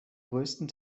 größten